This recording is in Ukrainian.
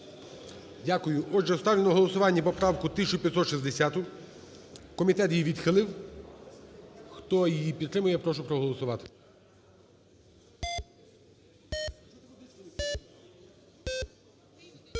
Дякую. Отже, ставлю на голосування поправку 1560-у. Комітет її відхилив. Хто її підтримує, прошу проголосувати.